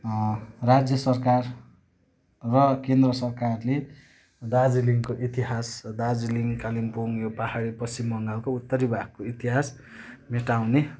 राज्य सरकार र केन्द्र सरकारले दार्जिलिङको इतिहास दार्जिलिङ कालिम्पोङ यो पहाडी पश्चिम बङ्गालको उत्तरी भागको इतिहास मेटाउने